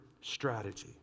strategy